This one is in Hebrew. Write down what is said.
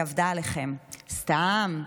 היא עבדה עליכם: סתם,